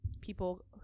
people